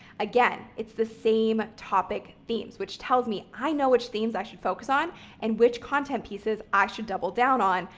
again, it's the same topic themes, which tells me i know which themes i should focus on and which content pieces i should double down on,